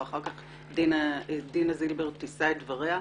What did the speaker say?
ואחר כך דינה זילבר תישא את דבריה,